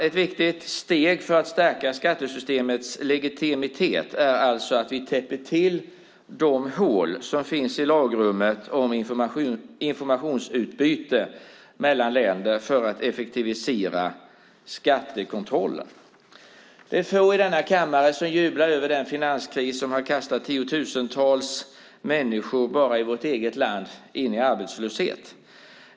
Ett viktigt steg för att stärka skattesystemets legitimitet är alltså att vi täpper till de hål som finns i lagrummet om informationsutbyte mellan länder för att effektivisera skattekontroll. Det är få i denna kammare som jublar över den finanskris som har kastat tiotusentals människor bara i vårt eget land in i arbetslöshet.